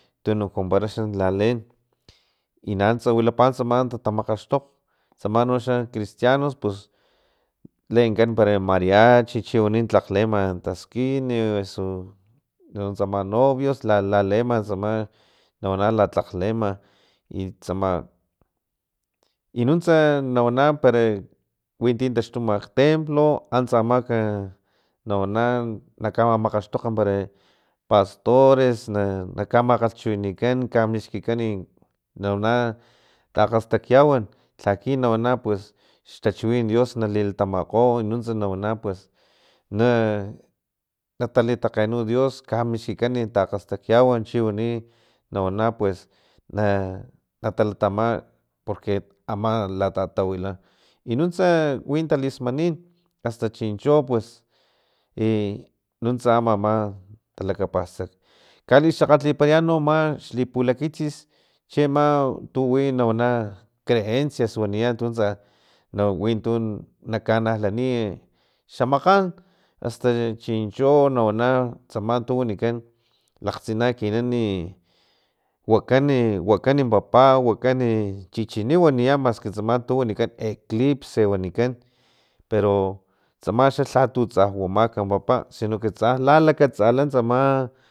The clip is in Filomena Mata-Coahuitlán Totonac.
Tununk wanpara xa laleen inanuntsa wilapa tsama tatamakgaxtokg tsamanoxa cristianos pus lenkan para mariachi chiwani tlakg leema taskin osu nuntsama novio pus laleama tsama nawana leema i tsama i nuntsa nawana pere winti taxtuma ktemplo o antsa amak nawana nakamamakgaxtok pare pastores na na kamalhalhchiwina kamixkikan nawana takgastakgyawan laki nawana pus xtachiwin dios nalilatamagko nuntsa nawana pus na natalitakgenu dios kamixkikan takgastakgyawat chiwani nawana pues na natalatama porque ama latatawila nuntsa wi talismanin hasta chincho pues i nuntsa ama talakapastak. kalixakgatliparayan no ma xi pulakitsis chiama tuwi nawana creencias waniya tu tsa winta nakanalaniy xamakgan asta chincho nawan tsama tu wanikan laktsina ekinani wakan wakan papa wakan chichini waniya maski tsama tu wanikan eclipse wanikan pero tsama xa lhatu tsa wamak papa sino que lalakatsala tsam